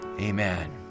Amen